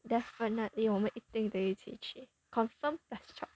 definitely 我们一定得一起去 confirm plus chop